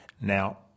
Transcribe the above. Now